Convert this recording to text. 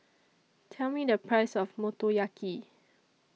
Tell Me The Price of Motoyaki